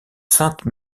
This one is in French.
sainte